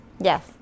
yes